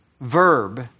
verb